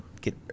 get